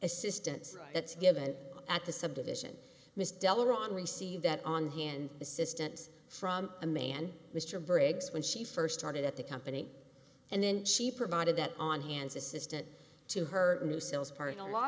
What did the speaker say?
assistance that's given at the subdivision missed deller on receive that on hand assistance from a man mr briggs when she first started at the company and she provided that on hands assistant to her new sales part in a lot